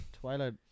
twilight